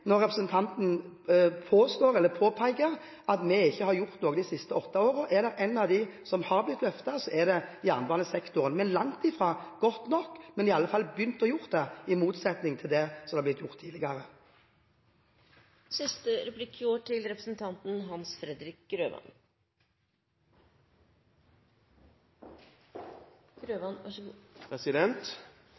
når representanten Godskesen påstår eller påpeker at vi ikke har gjort noe de siste åtte årene. Er det en sektor som har blitt løftet, så er det jernbanesektoren, men langt fra nok. Men vi har i alle fall begynt å gjøre det – i motsetning til det som er blitt gjort tidligere. Under Bondevik II ble luftfarten i Norge modernisert. Det som tidligere het Luftfartsverket, ble fornyet og omdannet til